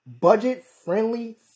Budget-friendly